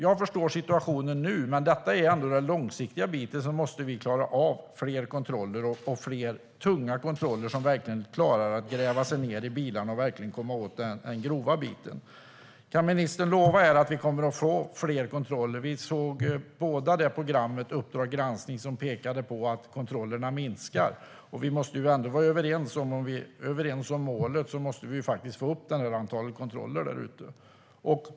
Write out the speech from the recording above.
Jag förstår situationen nu, men detta är ändå den långsiktiga biten, och då måste vi klara av fler tunga kontroller som verkligen gräver sig ned i bilarna och kommer åt den grova biten. Kan ministern lova att vi kommer att få fler kontroller? Vi såg båda det avsnitt av Uppdrag granskning som pekade på att antalet kontroller minskar. Vi är överens om målet, och då måste vi få upp antalet kontroller där ute.